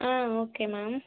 ah okay ma'am